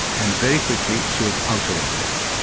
and very quickly, she was out of office,